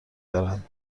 دارند